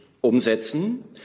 umsetzen